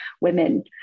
women